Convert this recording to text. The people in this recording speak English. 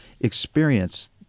experience